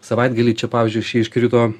savaitgalį čia pavyzdžiui šį iškrito